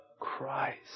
Christ